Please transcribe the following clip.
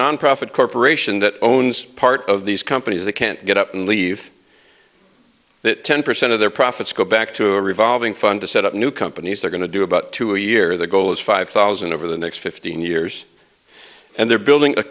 nonprofit corporation that owns part of these companies they can't get up and leave that ten percent of their profits go back to a revolving fund to set up new companies they're going to do about two a year the goal is five thousand over the next fifteen years and they're building a